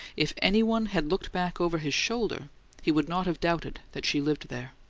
if any one had looked back over his shoulder he would not have doubted that she lived there.